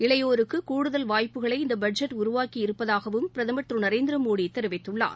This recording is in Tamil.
இளையோருக்கு கூடுதல் வாய்ப்புகளை இந்த பட்ஜெட் உருவாக்கி இருப்பதாகவும் பிரதமர் திரு நரேந்திரமோடி கூறியுள்ளார்